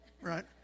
right